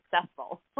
successful